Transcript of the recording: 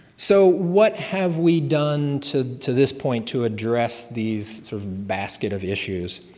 so, what have we done to to this point to address these sort of basket of issues?